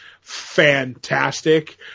fantastic